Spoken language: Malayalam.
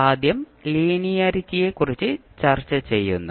ആദ്യം ലീനിയറിറ്റിയെക്കുറിച്ച് ചർച്ചചെയ്യുന്നു